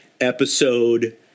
episode